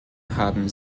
haben